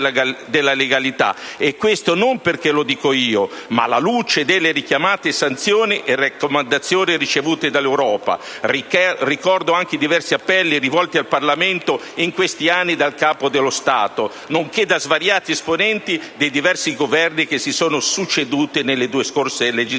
E questo non perché lo dica io, ma alla luce delle richiamate sanzioni e raccomandazioni ricevute dall'Europa. Ricordo anche diversi appelli rivolti al Parlamento in questi anni dal Capo dello Stato, nonché da svariati esponenti dei diversi Governi che si sono succeduti nelle due scorse legislature.